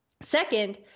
Second